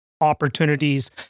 opportunities